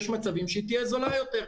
יש מצבים שהיא תהיה זולה יותר.